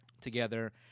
Together